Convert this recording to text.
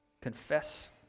confess